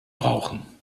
brauchen